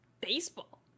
baseball